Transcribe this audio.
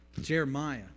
Jeremiah